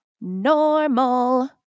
normal